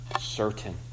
certain